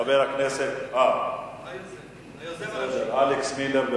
חבר הכנסת אלכס מילר.